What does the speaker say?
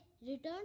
returned